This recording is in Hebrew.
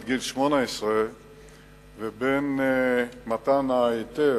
עד גיל 18 לבין מתן ההיתר,